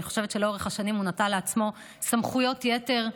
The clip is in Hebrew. אני חושבת שלאורך השנים הוא נטל לעצמו סמכויות יתר,